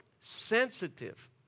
sensitive